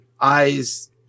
eyes